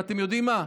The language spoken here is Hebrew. ואתם יודעים מה,